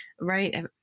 right